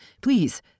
Please